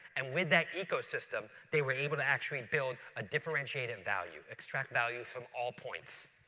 and with that ecosystem, they were able to actually and build a differentiated value, extract value from all points.